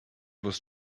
was